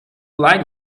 like